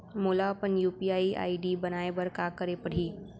मोला अपन UPI ID बनाए बर का करे पड़ही?